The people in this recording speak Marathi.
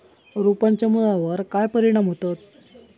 रोपांच्या मुळावर काय परिणाम होतत?